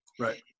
Right